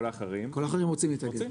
כל האחרים רוצים להתאגד.